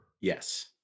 Yes